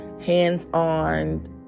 hands-on